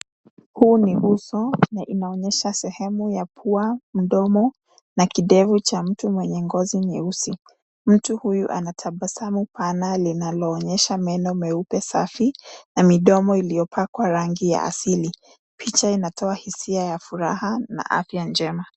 Huu ni uso na inaonyesha sehemu ya pua, mdomo, na kidevu cha mtu mwenye ngozi nyeusi. Mtu huyu ana tabasamu pana linanoonyesha meno meupe safi, na midomo iliyopakwa rangi ya asili. Picha inatoa hisia ya furaha na afya njema.